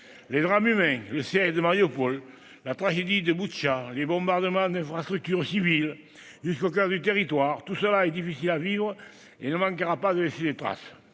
Les drames humains, le siège de Marioupol, la tragédie de Boutcha, les bombardements d'infrastructures civiles jusqu'au coeur du territoire, tout cela est difficile à vivre et ne manquera pas de laisser des traces.